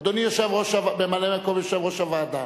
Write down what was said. אדוני ממלא-מקום יושב-ראש הוועדה,